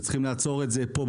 וצריכים לעצור את זה פה,